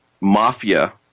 mafia